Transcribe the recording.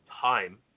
time